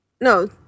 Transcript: no